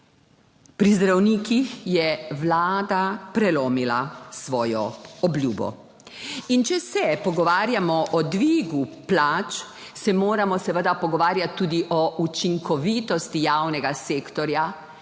Pri zdravnikih je Vlada prelomila svojo obljubo. In če se pogovarjamo o dvigu plač, se moramo seveda pogovarjati tudi o učinkovitosti javnega sektorja,